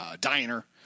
diner